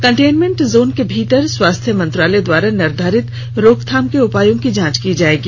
containment zone के भीतर स्वास्थ्य मंत्रालय द्वारा निर्धारित रोकथाम के उपायों की जांच की जाएगी